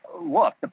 look